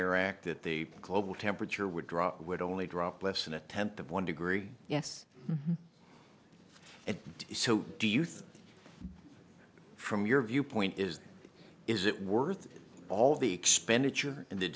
air act that the global temperature would drop would only drop less than a tenth of one degree yes and so do you think from your viewpoint is is it worth all the expenditure